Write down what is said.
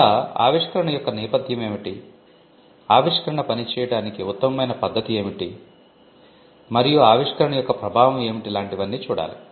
ఇలా ఆవిష్కరణ యొక్క నేపధ్యం ఏమిటి ఆవిష్కరణ పని చేయడానికి ఉత్తమమైన పద్ధతి ఏమిటి మరియు ఆవిష్కరణ యొక్క ప్రభావం ఏమిటి లాంటి వన్నీ చూడాలి